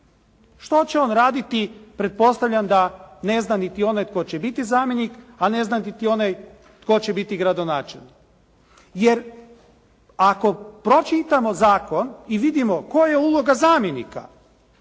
Što će on raditi pretpostavljam da ne zna niti onaj tko će biti zamjenik a ne zna niti onaj tko će biti gradonačelnik jer ako pročitamo zakon i vidimo koja je uloga zamjenika